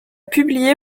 publié